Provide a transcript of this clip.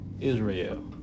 Israel